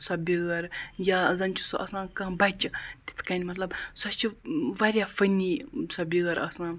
سۄ بیٛٲر یا زَن چھِ سۄ آسان کانٛہہ بَچہِ تِتھ کٔنۍ مَطلب سۄ چھِ واریاہ فنی سۄ بیٛٲر آسان